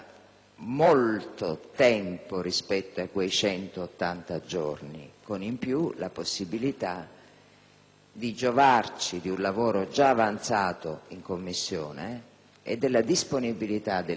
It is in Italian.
di giovarci di un lavoro già avanzato in Commissione e della disponibilità del mio Gruppo, che dei testi sul fine vita è stato autore, coautore